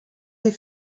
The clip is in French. les